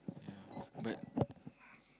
yeah but